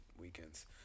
weekends